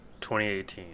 2018